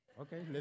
Okay